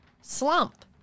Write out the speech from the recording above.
slump